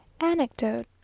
anecdote